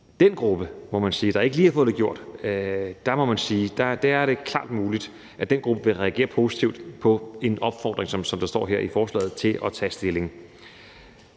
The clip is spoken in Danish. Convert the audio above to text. den gruppe, der ikke lige havde fået det gjort, må man sige, at det klart er muligt, at den gruppe vil reagere positivt på en opfordring, som der står her i forslaget, til at tage stilling.